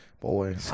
Boy